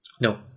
No